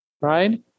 right